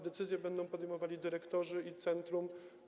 Decyzje będą podejmowali dyrektorzy i centrum.